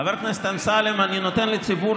חבר הכנסת אמסלם, אני נותן לציבור